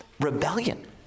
rebellion